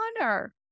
honor